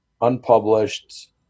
unpublished